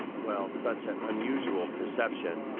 well, such an unusual perception.